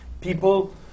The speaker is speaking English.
People